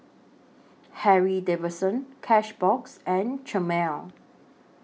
Harley Davidson Cashbox and Chomel